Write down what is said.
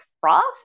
frost